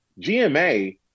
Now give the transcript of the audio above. GMA